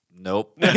Nope